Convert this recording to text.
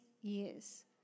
years